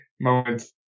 moments